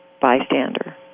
bystander